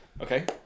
okay